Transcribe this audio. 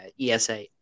ESA